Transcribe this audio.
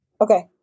Okay